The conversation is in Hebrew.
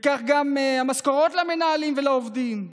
וכך גם המשכורות למנהלים ולעובדים,